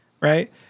right